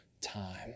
time